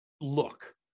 look